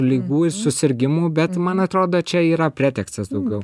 ligų į susirgimų bet man atrodo čia yra pretekstas daugiau